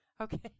Okay